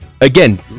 Again